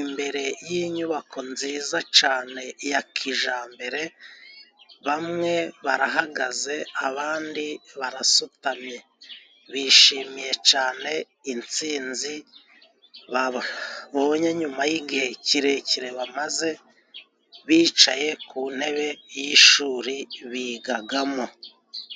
imbere y'inyubako nziza cane ya kijambere, bamwe barahagaze abandi barasutamye, bishimiye cane intsinzi babonye nyuma y'igihe kirekire bamaze bicaye ku ntebe y'ishuri bigagamo.